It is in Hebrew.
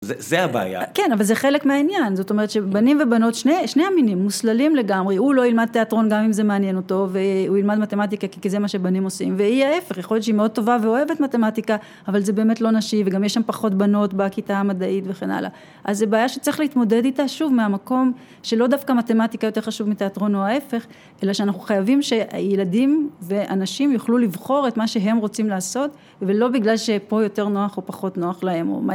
זה הבעיה. כן, אבל זה חלק מהעניין. זאת אומרת שבנים ובנות, שני המינים, מוסללים לגמרי. הוא לא ילמד תיאטרון גם אם זה מעניין אותו, והוא ילמד מתמטיקה, כי זה מה שבנים עושים. והיא ההפך. יכול להיות שהיא מאוד טובה ואוהבת מתמטיקה, אבל זה באמת לא נשי, וגם יש שם פחות בנות בכיתה המדעית וכן הלאה. אז זה בעיה שצריך להתמודד איתה, שוב, מהמקום שלא דווקא מתמטיקה יותר חשוב מתיאטרון או ההפך, אלא שאנחנו חייבים שילדים ואנשים יוכלו לבחור את מה שהם רוצים לעשות, ולא בגלל שפה יותר נוח או פחות נוח להם.